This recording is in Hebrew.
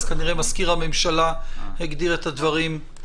כנראה מזכיר הממשלה הגדיר את הדברים לא נכון.